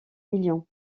millions